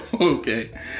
Okay